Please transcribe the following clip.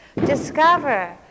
discover